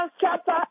chapter